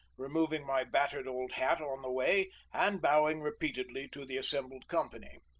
removing my battered old hat on the way, and bowing repeatedly to the assembled company.